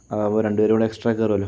അപ്പോൾ രണ്ടുപേരും കൂടെ എക്സ്ട്രാ കേറൂലോ